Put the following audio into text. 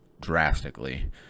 drastically